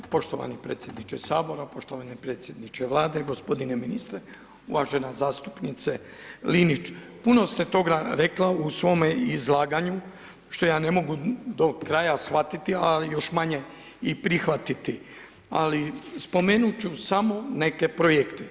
Poštovani predsjedniče Sabora, poštovani predsjedniče Vlade, gospodine ministre, uvažena zastupnice Linić, puno ste toga rekli u svome izlaganju što ja ne mogu do kraja shvatiti a još manje i prihvatiti, ali spomenut ću samo neke projekte.